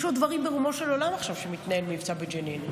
יש לו דברים ברומו של עולם עכשיו שמתנהל מבצע בג'נין.